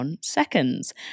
seconds